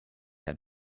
had